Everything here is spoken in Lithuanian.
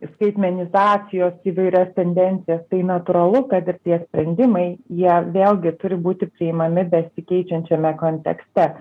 skaitmenizacijos įvairias tendencijas tai natūralu kad ir tie sprendimai jie vėlgi turi būti priimami besikeičiančiame kontekste